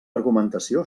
argumentació